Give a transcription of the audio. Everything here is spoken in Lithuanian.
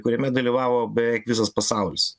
kuriame dalyvavo beveik visas pasaulis